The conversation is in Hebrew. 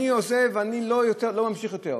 אני לא ממשיך עוד.